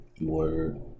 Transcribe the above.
Word